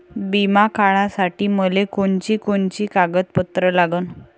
बिमा काढासाठी मले कोनची कोनची कागदपत्र लागन?